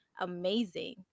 amazing